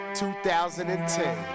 2010